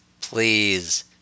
please